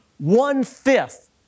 One-fifth